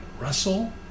Russell